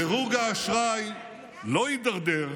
עוד שנייה המדינה, דירוג האשראי לא יידרדר,